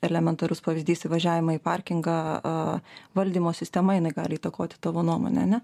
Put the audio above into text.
elementarus pavyzdys įvažiavimą į parkingą valdymo sistema jinai gali įtakoti tavo nuomonę a ne